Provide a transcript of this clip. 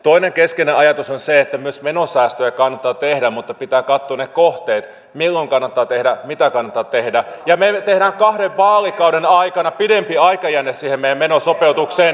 toinen keskeinen ajatus on se että myös menosäästöjä kannattaa tehdä mutta pitää katsoa ne kohteet milloin kannattaa tehdä mitä kannattaa tehdä ja me teemme kahden vaalikauden aikana meillä on pidempi aikajänne siihen meidän menosopeutukseen